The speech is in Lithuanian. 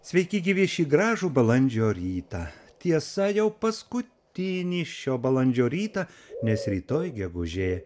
sveiki gyvi šį gražų balandžio rytą tiesa jau paskutinį šio balandžio rytą nes rytoj gegužė